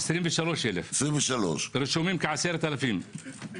23,000. רשומים 10,000 בערך